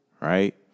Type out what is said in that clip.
right